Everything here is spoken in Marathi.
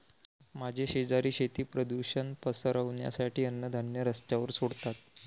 माझे शेजारी शेती प्रदूषण पसरवण्यासाठी अन्नधान्य रस्त्यावर सोडतात